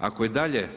Ako i dalje